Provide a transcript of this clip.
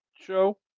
show